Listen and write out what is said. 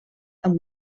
amb